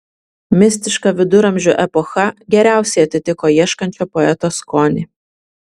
mistiška viduramžių epocha geriausiai atitiko ieškančio poeto skonį